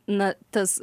na tas